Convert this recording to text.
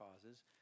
causes